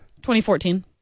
2014